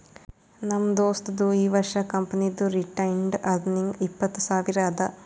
ನಮ್ ದೋಸ್ತದು ಈ ವರ್ಷ ಕಂಪನಿದು ರಿಟೈನ್ಡ್ ಅರ್ನಿಂಗ್ ಇಪ್ಪತ್ತು ಸಾವಿರ ಅದಾ